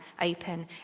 open